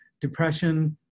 Depression